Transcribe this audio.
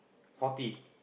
forty